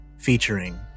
Featuring